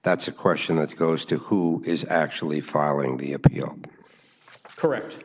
that's a question that goes to who is actually filing the appeal correct